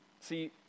See